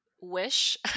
wish